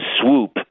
swoop